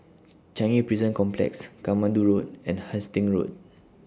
Changi Prison Complex Katmandu Road and Hastings Road